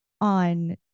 on